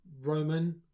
Roman